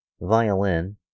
violin